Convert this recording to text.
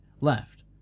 left